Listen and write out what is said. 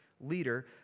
leader